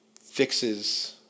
fixes